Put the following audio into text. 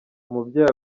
umubyeyi